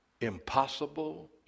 impossible